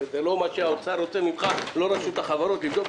זה לא מה שהאוצר ורשות החברות רוצים.